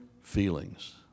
feelings